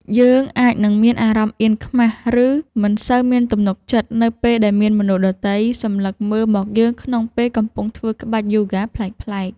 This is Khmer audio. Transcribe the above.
យើងអាចនឹងមានអារម្មណ៍អៀនខ្មាស ឬមិនសូវមានទំនុកចិត្តនៅពេលដែលមានមនុស្សដទៃសម្លឹងមើលមកយើងក្នុងពេលកំពុងធ្វើក្បាច់យូហ្គាប្លែកៗ។